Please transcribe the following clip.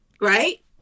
right